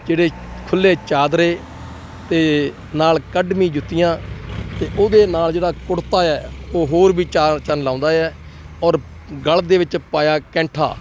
ਜਿਹੜੇ ਖੁੱਲ੍ਹੇ ਚਾਦਰੇ ਅਤੇ ਨਾਲ ਕੱਢਵੀਂ ਜੁੱਤੀਆਂ ਅਤੇ ਉਹਦੇ ਨਾਲ ਜਿਹੜਾ ਕੁੜਤਾ ਹੈ ਉਹ ਹੋਰ ਵੀ ਚਾਰ ਚੰਨ ਲਗਾਉਂਦਾ ਹੈ ਔਰ ਗਲ ਦੇ ਵਿੱਚ ਪਾਇਆ ਕੈਂਠਾ